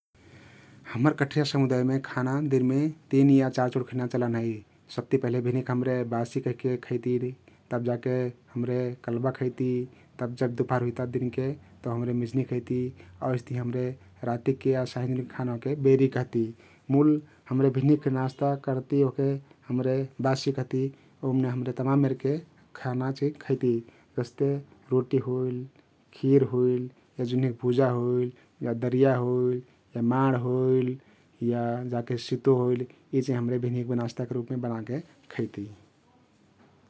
हम्मर कठरिया समुदायमे खाना दिनमे तिन या चार चार चोट खैना चलन हइ । सबति पहिले भिनहिक हमरे बासी कहिके खैती तब जाके हमरे कल्बा खैती तब जब दुपहर हुइता दिनके तउ मिझनी खेती आउर अइस्तहिं हमरे रातिक या सहिंजुनके खाना ओहके बेरी कहती । मुल हमरे भिनहिकफे नास्ता करती ओहके हमरे बासी कहती । ओमने हमरे तमान मेरके खाना चहिं खैती जस्ते रोटी होइल, खिर होइल या जुन्हिक भुजा होइल या दरिया होइल या माड् होइल या जाके सितुवा होइल यी चाहिं हमरे भिनहिक नास्ताके रुपमे बनाके खैती ।